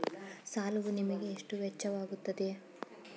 ಸಾಲವು ನಿಮಗೆ ಎಷ್ಟು ವೆಚ್ಚವಾಗುತ್ತದೆ?